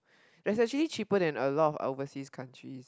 there's actually cheaper than a lot of overseas countries